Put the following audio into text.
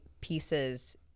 pieces